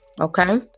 Okay